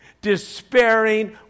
despairing